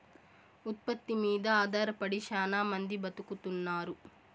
ఉత్పత్తి మీద ఆధారపడి శ్యానా మంది బతుకుతున్నారు